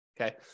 Okay